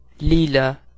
Lila